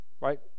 right